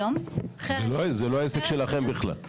זה לא עסק שלכם בכלל.